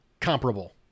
comparable